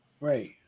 right